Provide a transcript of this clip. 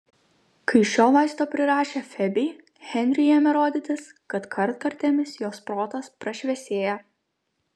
kai šio vaisto prirašė febei henriui ėmė rodytis kad kartkartėmis jos protas prašviesėja